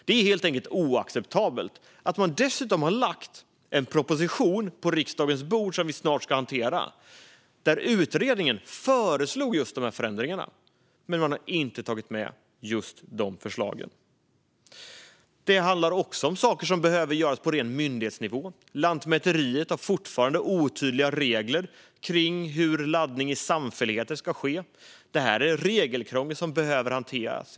Det är helt enkelt oacceptabelt att man dessutom på riksdagens bord har lagt en proposition som vi snart ska hantera där utredningen föreslog just dessa förändringar men där man inte har tagit med dessa förslag. Det handlar också om saker som behöver göras på ren myndighetsnivå. Lantmäteriet har fortfarande otydliga regler för hur laddning i samfälligheter ska ske. Detta är regelkrångel som behöver hanteras.